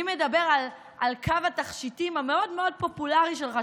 מי מדבר על קו התכשיטים המאוד-מאוד פופולרי שלך,